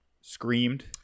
screamed